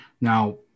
now